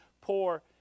poor